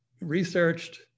researched